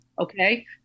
Okay